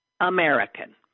American